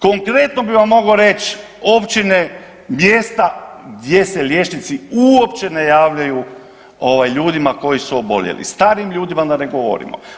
Konkretno bi vam mogao reć općine, mjesta gdje se liječnici uopće ne javljaju ovaj ljudima koji su oboljeli, o starim ljudima da ne govorimo.